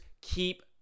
keep